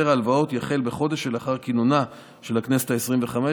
החזר ההלוואות יחל בחודש שלאחר כינונה של הכנסת העשרים-וחמש